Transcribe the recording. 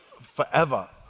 forever